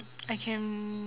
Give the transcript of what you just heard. I can